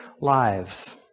lives